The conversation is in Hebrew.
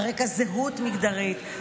על רקע זהות מגדרית,